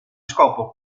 scopo